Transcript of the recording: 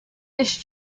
this